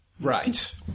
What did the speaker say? right